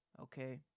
Okay